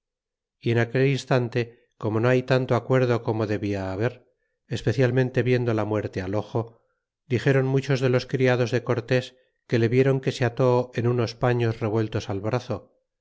y en aquel instante como no hay tanto acuerdo como debia haber especialmente viendo la muerte al ojo dixéron muchos de los criados de cortés que le vieron que se ate en unos paños revueltos al brazo